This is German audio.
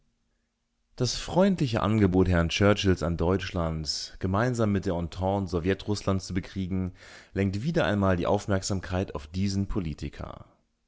das freundliche angebot herrn churchills an deutschland gemeinsam mit der entente sowjetrußland zu bekriegen lenkt wieder einmal die aufmerksamkeit auf diesen politiker